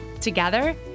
Together